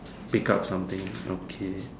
pick up something okay